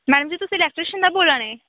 madam ji तुस electrician कोला बोल्ला नै